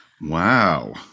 Wow